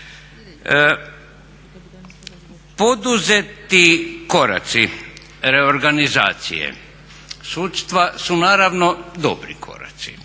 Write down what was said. Poduzeti koraci reorganizacije sudstva su naravno dobri koraci,